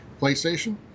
PlayStation